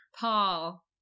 Paul